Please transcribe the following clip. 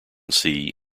sea